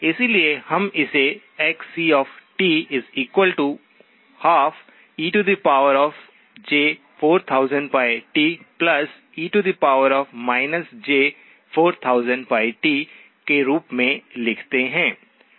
इसलिए हम इसे xc12ej4000πte j4000πt के रूप में लिखते हैं ठीक है